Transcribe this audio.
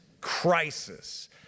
crisis